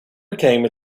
became